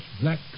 black